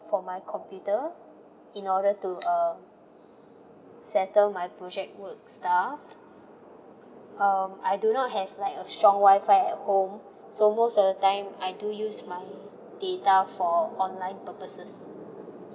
for my computer in order to uh settle my project work stuff um I do not have like a strong wi-fi at home so most of the time I do use my data for online purposes